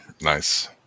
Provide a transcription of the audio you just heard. nice